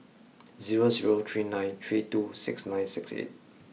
zero zero three nine three two six nine six eight